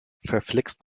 verflixt